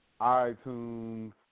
iTunes